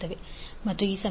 6° ಮತ್ತು I1 1